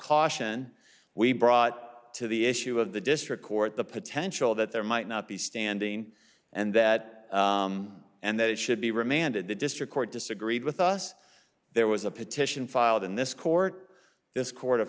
caution we brought to the issue of the district court the potential that there might not be standing and that and that it should be remanded the district court disagreed with us there was a petition filed in this court this co